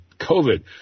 covid